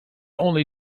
only